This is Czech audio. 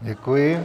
Děkuji.